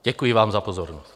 Děkuji vám za pozornost.